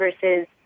versus